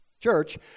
church